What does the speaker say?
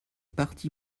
partie